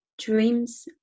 dreams